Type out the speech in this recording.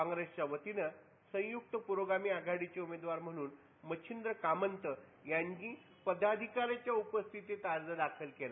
काँग्रेसच्या वतीनं संयुक्त प्रोगामी आघाडीचे उमेदवार म्हणून मच्छिंद्र कामन्तं यांनी पदाधिकाऱ्याच्या उपस्थित अर्ज दाखल केला